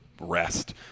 rest